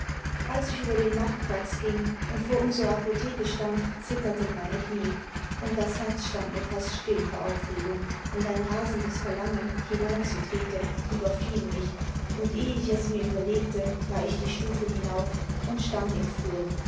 als ich über den marktplatz ging und vor unserer apotheke stande zitterten meine knie und das herz stand mir fast still vor aufregung und ein rasendes verlangen hineinzutreten überfiel mich imd ehe ich es mir überlegte war ich die stufen hinauf und stand im flur